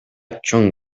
чоң